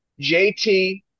JT